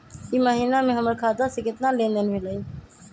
ई महीना में हमर खाता से केतना लेनदेन भेलइ?